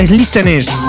listeners